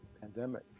pandemic